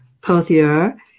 Pothier